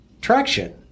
traction